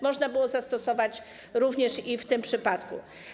Można je zastosować również w tym przypadku.